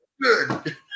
good